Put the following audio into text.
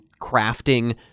crafting